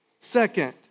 Second